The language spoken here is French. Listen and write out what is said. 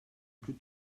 plus